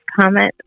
comment